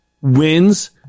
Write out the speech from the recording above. wins